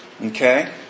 Okay